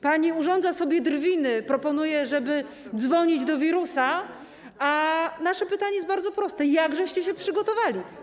Pani urządza sobie drwiny, proponuje, żeby dzwonić do wirusa, a nasze pytanie jest bardzo proste: Jak się przygotowaliście?